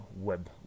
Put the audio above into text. web